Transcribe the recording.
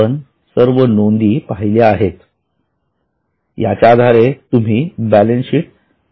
आपण सर्व नोंदी पहिल्या आहेत याच्या आधारे तुम्ही बॅलन्सशीट तयार करू शकता